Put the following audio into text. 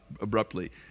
abruptly